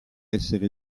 essere